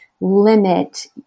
limit